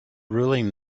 ruling